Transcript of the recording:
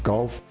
golf,